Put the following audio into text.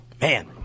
man